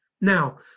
Now